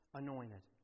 anointed